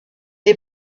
est